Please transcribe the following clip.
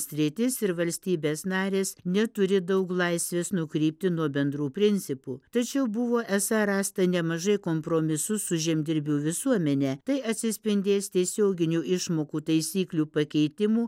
sritis ir valstybės narės neturi daug laisvės nukrypti nuo bendrų principų tačiau buvo esą rasta nemažai kompromisų su žemdirbių visuomene tai atsispindės tiesioginių išmokų taisyklių pakeitimų